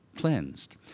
cleansed